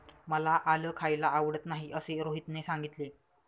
मला आलं खायला आवडत नाही असे रोहितने सांगितले